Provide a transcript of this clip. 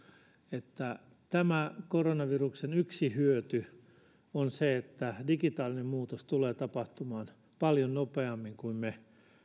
että tämän koronaviruksen yksi hyöty on se että digitaalinen muutos tulee tapahtumaan paljon nopeammin kuin me